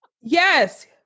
Yes